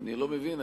אני לא מבין,